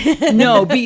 no